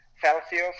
Celsius